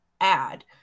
add